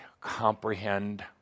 comprehend